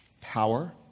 Power